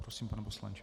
Prosím, pane poslanče.